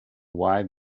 why